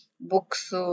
books